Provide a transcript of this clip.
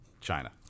China